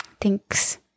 Thanks